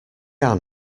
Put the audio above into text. are